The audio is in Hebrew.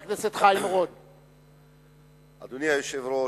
אדוני היושב-ראש,